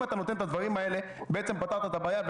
אם אתה נותן את הדברים האלה בעצם פתרת את הבעיה,